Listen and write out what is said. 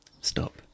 Stop